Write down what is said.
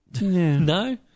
No